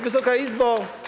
Wysoka Izbo!